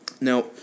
Now